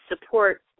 support